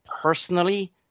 personally